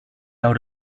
out